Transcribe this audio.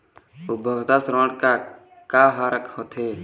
उपभोक्ता ऋण का का हर होथे?